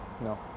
No